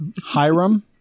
Hiram